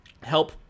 help